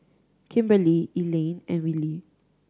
Kimberley Elayne and Willy